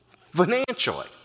financially